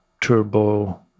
turbo